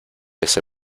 ese